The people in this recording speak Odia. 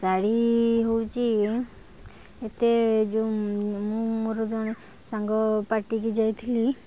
ଶାଢ଼ୀ ହଉଛି ଏତେ ଯୋଉଁ ମୁଁ ମୋର ଜଣେ ସାଙ୍ଗ ପାର୍ଟିକି ଯାଇଥିଲି